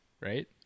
right